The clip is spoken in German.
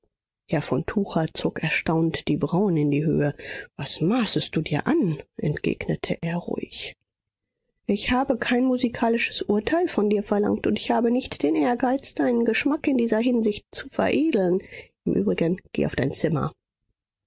herr von tucher zog erstaunt die brauen in die höhe was maßest du dir an entgegnete er ruhig ich habe kein musikalisches urteil von dir verlangt und ich habe nicht den ehrgeiz deinen geschmack in dieser hinsicht zu veredeln im übrigen geh auf dein zimmer